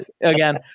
again